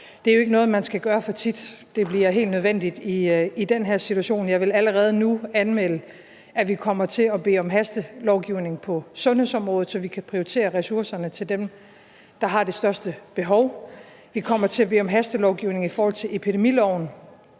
Det er jo ikke noget, man skal gøre for tit. Det bliver helt nødvendigt i den her situation. Jeg vil allerede nu anmelde, at vi kommer til at bede om hastelovgivning på sundhedsområdet, så vi kan prioritere ressourcerne til dem, der har det største behov. Vi kommer til at bede om hastelovgivning i forhold til epidemiloven.